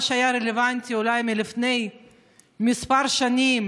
מה שהיה רלוונטי אולי לפני כמה שנים,